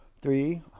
three